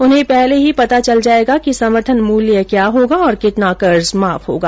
उन्हें पहले ही पता चल जायेगा कि समर्थन मूल्य क्या होगा और कितना कर्ज माफ होगा